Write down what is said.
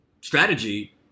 strategy